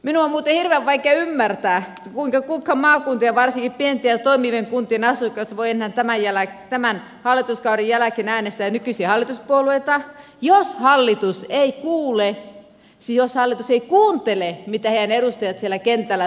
minun on muuten hirveän vaikea ymmärtää kuinka kukaan maakuntien varsinkaan pienten ja toimivien kuntien asukas voi enää tämän hallituskauden jälkeen äänestää nykyisiä hallituspuolueita jos hallitus ei kuuntele mitä heidän edustajansa siellä kentällä sanovat